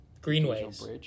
Greenways